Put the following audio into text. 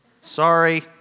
sorry